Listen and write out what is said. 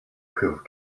have